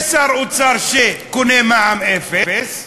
יש שר אוצר שקונה מע"מ אפס,